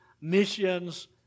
missions